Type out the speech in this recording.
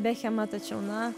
bekhemą tačiau na